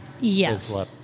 Yes